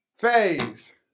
phase